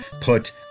put